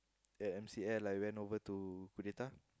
at M_C_L like I went on to coup d'etat